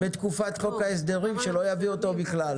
בתקופת חוק ההסדרים, שלא יביא אותו בכלל.